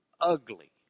ugly